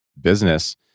business